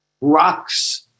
Rocks